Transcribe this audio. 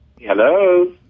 Hello